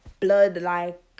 blood-like